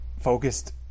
focused